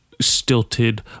stilted